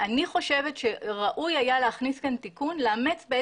אני חושבת שראוי היה להכניס כאן תיקון לאמץ את